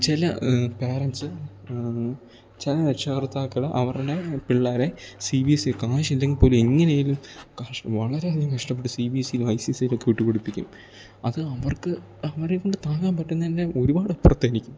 ചില പേരൻസ് ചില രക്ഷകർത്താക്കൾ അവരുടെ പിള്ളേരെ സീ ബീ എസ് സി കാശില്ലെങ്കിൽ പോലും എങ്ങനെയെങ്കിലും കാശ് വളരെയധികം കഷ്ടപ്പെട്ട് സീ ബീ എസ് സീയിലും ഐ സീ എസ് സിയിലുമൊക്കെ വിട്ട് പഠിപ്പിക്കും അത് അവർക്ക് അവരേക്കൊണ്ട് താങ്ങാൻ പറ്റുന്നതിൻ്റെ ഒരുപാട് അപ്പുറത്തായിരിക്കും